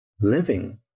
living